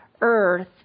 earth